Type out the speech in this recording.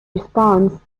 response